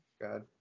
god